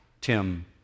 Tim